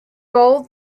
bowled